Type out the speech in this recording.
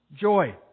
joy